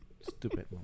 Stupid